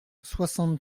soixante